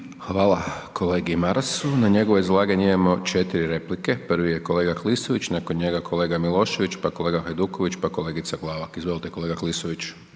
Hvala kolegi Marasu. Na njegovo izlaganje imamo 4 replike. Prvi je kolega Klisović, nakon njega kolega Milošević, pa kolega Hajduković, pa kolegica Glavak. Izvolite kolega Klisović.